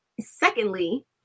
Secondly